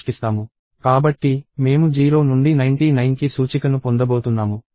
కాబట్టి మేము 0 నుండి 99కి సూచికను పొందబోతున్నాము